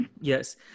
yes